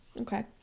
Okay